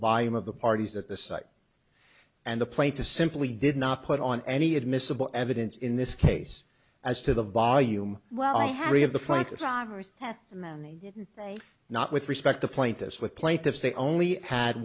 volume of the parties at the site and the play to simply did not put on any admissible evidence in this case as to the volume well i have three of the franken primers testimony not with respect to plaintiffs with plaintiffs they only had